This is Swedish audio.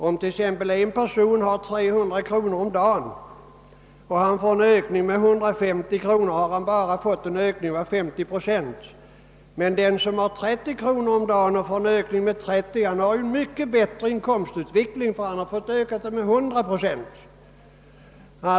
Om en person har 300 kronor om dagen i inkomst och får en ökning med 150 kronor är ökningen bara 50 procent. För den som har 30 kronor om dagen och får en ökning med 30 kronor är inkomstutvecklingen mycket bättre, nämligen 100 procent.